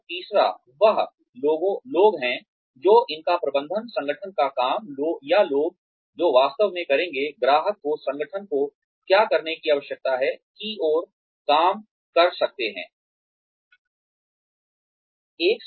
और तीसरा वह लोग हैं जो इनका प्रबंधन संगठन का काम या लोग जो वास्तव में करेंगे ग्राहक को संगठन को क्या करने की आवश्यकता है की ओर काम कर सकते हैं